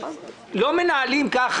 לא מנהלים כך